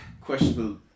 questionable